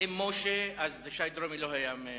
אם משה, אז שי דרומי לא היה מזוכה.